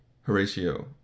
Horatio